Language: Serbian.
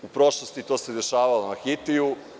U prošlosti se to dešavalo na Haitiju.